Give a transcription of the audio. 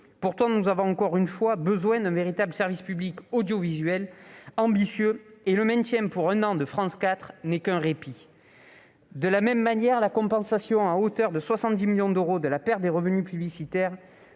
Pourtant, nous avons encore une fois besoin d'un véritable service public audiovisuel ambitieux, et le maintien pour un an de France 4 n'est qu'un répit. De la même manière, la compensation à hauteur de 70 millions d'euros de la perte des revenus publicitaires